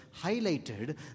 highlighted